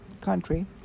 country